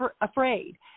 afraid